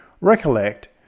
recollect